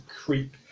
creep